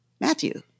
Matthew